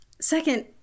Second